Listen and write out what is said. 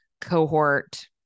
cohort